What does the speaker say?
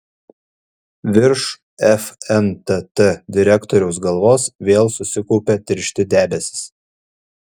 virš fntt direktoriaus galvos vėl susikaupė tiršti debesys